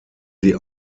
sie